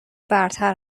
برتر